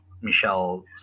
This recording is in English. Michelle